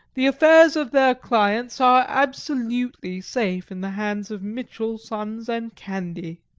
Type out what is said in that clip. the affairs of their clients are absolutely safe in the hands of mitchell, sons, and candy.